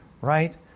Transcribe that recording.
right